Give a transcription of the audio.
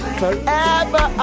forever